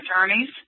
attorneys